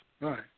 right